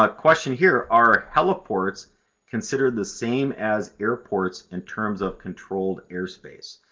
but question here are heliports considered the same as airports in terms of controlled airspace?